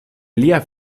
lia